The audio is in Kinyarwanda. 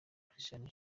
christian